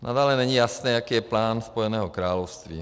Nadále není jasné, jaký je plán Spojeného království.